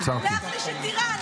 להחליש את איראן,